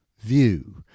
view